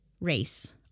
race